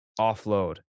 offload